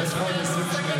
יש לך עוד 20 שניות.